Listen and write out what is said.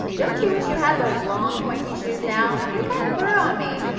dont you wish you had those long pointy shoes now? they kind of grew on me.